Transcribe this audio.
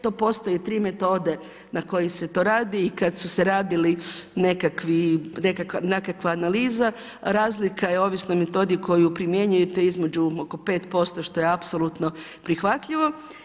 To postoje tri metode na koje se to radi i kad su se radili nekakvi, nekakva analiza razlika je ovisno o metodi koju primjenjujete između oko 5% što je apsolutno prihvatljivo.